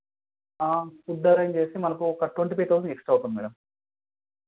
food arrange చేస్తే మాకు ఒక ట్వంటీ ఫైవ్ థౌజెండ్ ఎక్కువ అవుతుంది మేడం